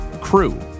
Crew